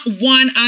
one